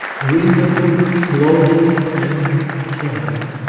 read the book slowly and carefully,